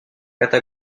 kata